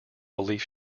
belief